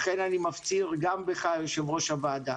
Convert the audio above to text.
לכן, אני מפציר גם בך, יושב-ראש הוועדה.